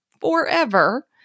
forever